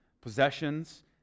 possessions